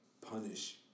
punish